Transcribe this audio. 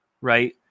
right